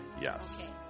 Yes